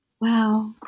Wow